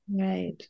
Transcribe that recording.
Right